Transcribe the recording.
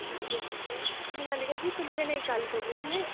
हां जी हां जी मुनालिका जी तुं'दे कन्नै एक गल्ल करनी ही मैं